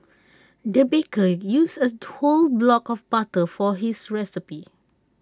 the baker used A whole block of butter for this recipe